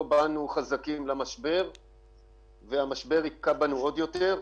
לא באנו חזקים למשבר והמשבר היכה בנו עוד יותר.